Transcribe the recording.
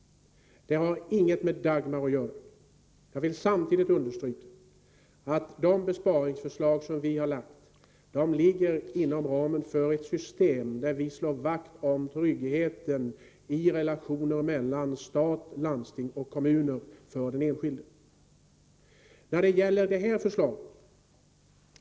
De har ingenting med Dagmaröverenskommelsen att göra. Jag vill samtidigt understryka att de besparingsförslag som vi har lagt fram ligger inom ramen för ett system, där vi slår vakt om tryggheten i relationerna för den enskilde med staten, landstingen och kommunerna.